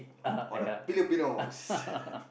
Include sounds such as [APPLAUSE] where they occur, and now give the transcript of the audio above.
all the Filipinos [LAUGHS]